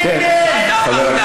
אתה פחדן.